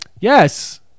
Yes